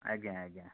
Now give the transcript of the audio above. ଆଜ୍ଞା ଆଜ୍ଞା